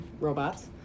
robots